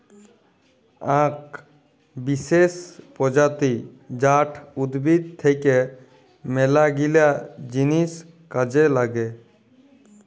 আক বিসেস প্রজাতি জাট উদ্ভিদ থাক্যে মেলাগিলা জিনিস কাজে লাগে